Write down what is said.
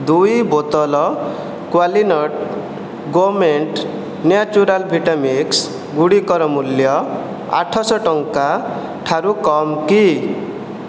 ଦୁଇ ବୋତଲ Qualinut gourmet natural vita mix ଗୁଡ଼ିକର ମୂଲ୍ୟ ଆଠଶହ ଟଙ୍କା ଠାରୁ କମ୍ କି